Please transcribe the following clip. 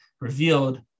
revealed